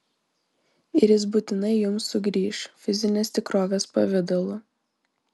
ir jis būtinai jums sugrįš fizinės tikrovės pavidalu